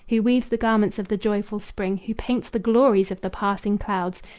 who weaves the garments of the joyful spring, who paints the glories of the passing clouds,